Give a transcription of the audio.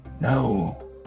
No